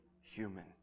human